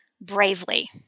bravely